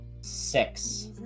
Six